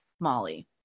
Molly